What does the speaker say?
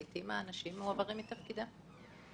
האנשים לעיתים מועברים מתפקידם.